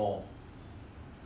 ya 五百块